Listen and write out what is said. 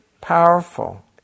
powerful